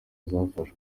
zafashwe